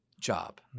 job